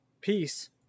Peace